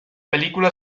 película